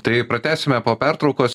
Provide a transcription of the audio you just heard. tai pratęsime po pertraukos